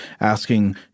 asking